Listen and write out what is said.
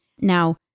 Now